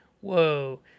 whoa